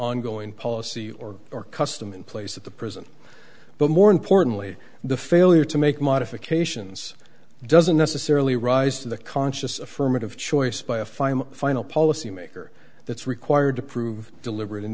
ongoing policy or or custom in place at the prison but more importantly the failure to make modifications doesn't necessarily rise to the conscious affirmative choice by a final final policy maker that's required to prove deliberat